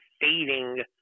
fading